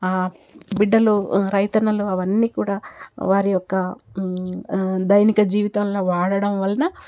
బిడ్డలు రైతన్నలు అవన్నీ కూడా వారి యొక్క దైనిక జీవితంలో వాడటం వలన